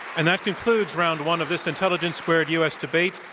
and that concludes round one of this intelligence squared u. s. debate,